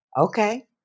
Okay